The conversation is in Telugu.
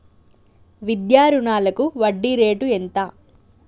విద్యా రుణాలకు వడ్డీ రేటు ఎంత?